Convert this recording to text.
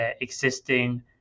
existing